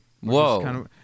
Whoa